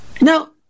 Now